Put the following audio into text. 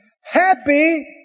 Happy